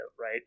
right